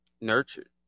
Nurtured